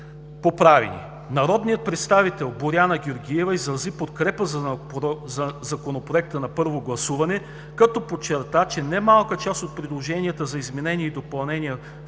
Народният представител Боряна Георгиева изрази подкрепа за Законопроекта на първо гласуване като подчерта, че не малка част от предложенията за изменение и допълнение в получените